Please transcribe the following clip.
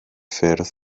ffyrdd